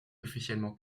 officiellement